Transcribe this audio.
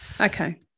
Okay